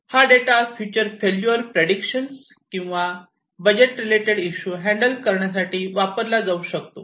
हा data future failure prediction किंवा budget related issue handle करण्यासाठी वापरला जाऊ शकतो